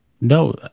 No